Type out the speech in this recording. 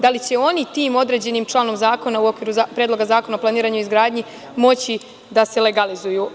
Da li će oni tim određenim članom zakona u okviru Predloga zakona o planiranju i izgradnji moći da se legalizuju?